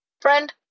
Friend